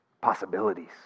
Possibilities